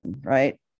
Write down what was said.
Right